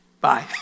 Bye